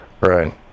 Right